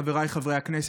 חבריי חברי הכנסת,